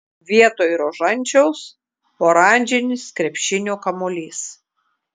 vietoj rožančiaus oranžinis krepšinio kamuolys